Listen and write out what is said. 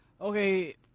okay